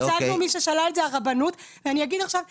מי ששלל, זאת הרבנות.